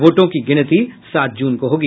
वोटों की गिनती सात जून को होगी